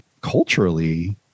culturally